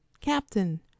Captain